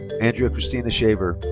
andrea christina shaver.